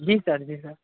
जी sir जी sir